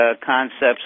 concepts